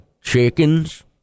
chickens